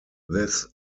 this